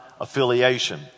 affiliation